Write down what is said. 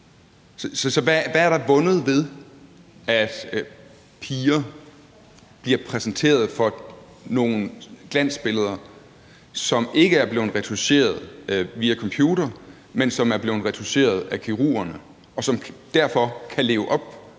Så hvad er der vundet ved, at piger bliver præsenteret for nogle glansbilleder, som ikke er blevet retoucheret via computer, men som er blevet retoucheret af kirurgerne, og som derfor kan leve op